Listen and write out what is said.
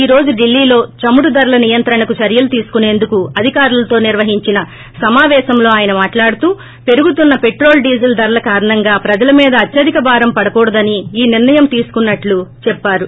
ఈ రోజు డిల్లీ లో చమురు ధరల నియంత్రణకు చర్యలు తీసుకుసేందుకు అధికారులతో నిర్వహించిన సమాపేశంలో అయన మాట్లాదుతూ పెరుగుతున్న పెట్రోల్ డీజిల్ ధరల కారణంగా ప్రజల మీద అత్యధిక భారం పడకూడదని ఈ నిర్ణయం తీసుకున్నట్లు చెప్పారు